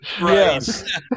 Yes